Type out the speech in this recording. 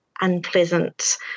unpleasant